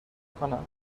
کنم